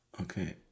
Okay